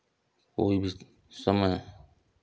कोई भी समय